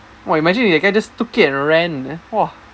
!wah! imagine that guy just took it and ran !wah!